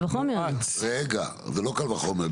זה לא קל וחומר,